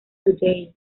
today